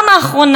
אמיתי,